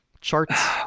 charts